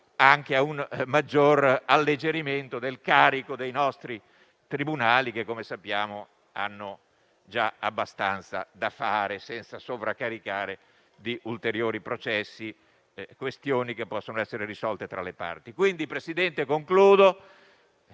fa, a un maggior alleggerimento del carico dei nostri tribunali che, come sappiamo, hanno già abbastanza da fare, senza sovraccaricare di ulteriori processi questioni che possono essere risolte tra le parti. Signor Presidente, concludo